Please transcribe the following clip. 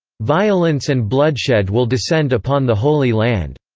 violence and bloodshed will descend upon the holy land.